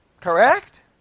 Correct